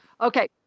Okay